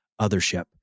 Othership